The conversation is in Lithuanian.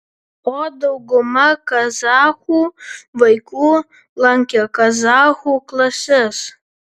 o dauguma kazachų vaikų lankė kazachų klases